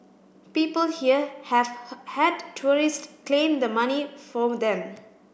people here have had tourist claim the money for them